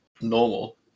normal